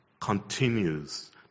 continues